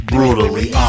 Brutally